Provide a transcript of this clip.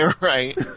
Right